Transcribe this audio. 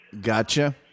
Gotcha